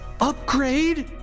Upgrade